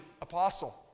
apostle